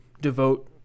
devote